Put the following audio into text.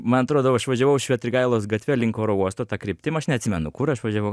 man atrodo aš važiavau švitrigailos gatve link oro uosto ta kryptim aš neatsimenu kur aš važiavau